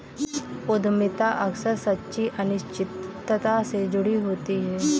उद्यमिता अक्सर सच्ची अनिश्चितता से जुड़ी होती है